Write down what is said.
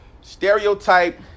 Stereotype